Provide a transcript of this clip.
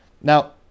Now